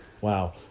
wow